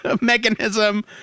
mechanism